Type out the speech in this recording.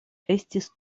estis